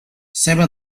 ceba